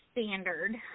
standard